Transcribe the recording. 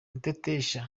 muteteshe